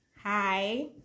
Hi